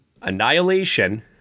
Annihilation